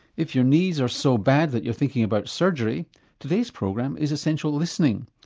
if your knees are so bad that you're thinking about surgery today's program is essential listening.